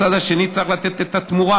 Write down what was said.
הצד השני צריך לתת את התמורה.